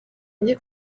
njye